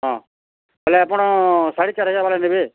ହଁ ବେଲେ ଆପଣ ସାଢ଼େ ଚାର୍ ହଜାର୍ ବାଲା ନେବେ